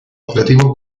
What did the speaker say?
operativo